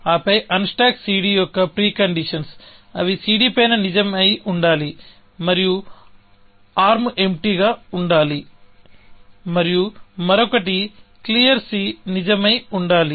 ఆపై unstack cd యొక్క pre conditions అవి cd పైన నిజం అయి ఉండాలి మరియు ఆర్మ్ ఎంప్టీ గా ఉండాలి మరియు మరొకటి క్లియర్ నిజం అయి ఉండాలి